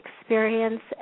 experience